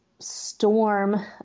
storm